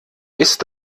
ist